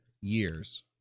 years